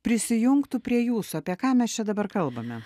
prisijungtų prie jūsų apie ką mes čia dabar kalbame